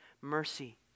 mercy